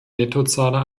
nettozahler